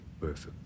Perfect